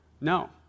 No